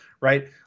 right